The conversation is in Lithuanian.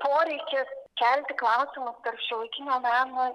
poreikis kelti klausimus per šiuolaikinio meno